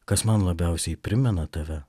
kas man labiausiai primena tave